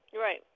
Right